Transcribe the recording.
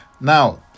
Now